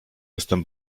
jestem